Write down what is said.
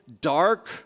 dark